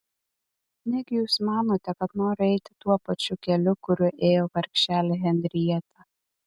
negi jūs manote kad noriu eiti tuo pačiu keliu kuriuo ėjo vargšelė henrieta